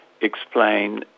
explain